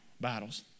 battles